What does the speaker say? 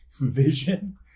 vision